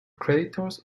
creditors